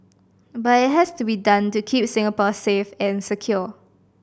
but it has to be done to keep Singapore safe and secure